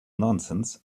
nonsense